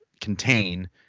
contain